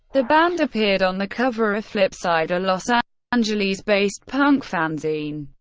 the band appeared on the cover of flipside, a los ah angeles-based punk fanzine.